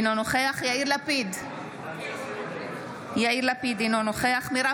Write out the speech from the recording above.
אינו נוכח יאיר לפיד, אינו נוכח מרב